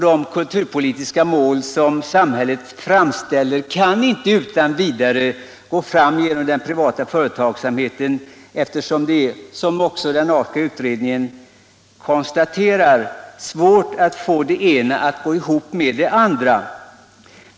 De kulturpolitiska mål som samhället ställer upp kan ju inte utan vidare nås via den privata företagsamheten, eftersom det är så svårt att få det ena att gå ihop med det andra. Detta konstateras också i Lars Ags utredning.